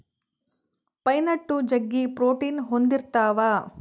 pine nut ಜಗ್ಗಿ protein ಹೊಂದಿರ್ತವ